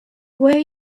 where